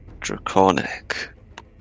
Draconic